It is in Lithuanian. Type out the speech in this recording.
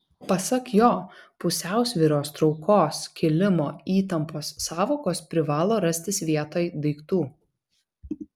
pasak jo pusiausvyros traukos kilimo įtampos sąvokos privalo rastis vietoj daiktų